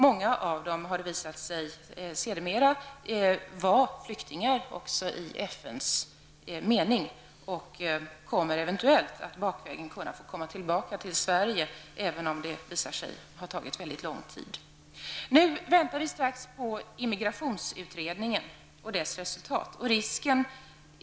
Många av dem var, har det sedermera visat sig, flyktingar också i FNs mening och kommer eventuellt att bakvägen få komma tillbaka till Sverige, även om det då kommer att ha tagit mycket lång tid. Nu väntar vi strax på resultatet av migrationsutredningen.